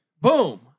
Boom